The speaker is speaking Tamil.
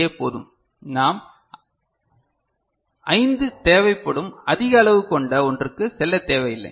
ஏ போதும் நாம் ஐந்து தேவைப்படும் திருத்தம் அதிக அளவு கொண்ட ஒன்றுக்குச் செல்லத் தேவையில்லை